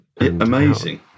Amazing